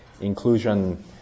inclusion